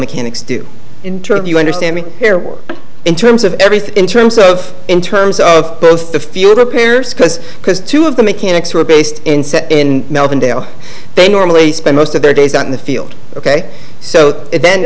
mechanics do interview understanding their work in terms of everything in terms of in terms of both the few repairs because because two of the mechanics are based in melbourne dale they normally spend most of their days out in the field ok so then